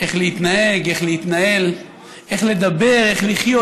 איך להתנהג, איך להתנהל, איך לדבר, איך לחיות.